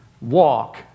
walk